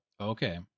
Okay